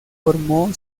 formó